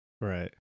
right